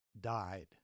died